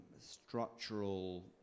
structural